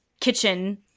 kitchen –